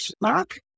Mark